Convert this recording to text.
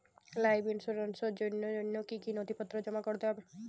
Life ইন্সুরেন্সর জন্য জন্য কি কি নথিপত্র জমা করতে হবে?